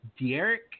Derek